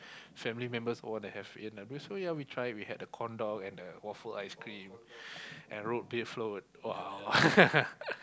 family members all wana have A-and-W so ya we try we had a corn dog and a waffle ice cream and root bear float !wah!